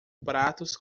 pratos